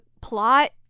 plot